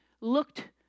looked